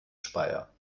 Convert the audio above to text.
speyer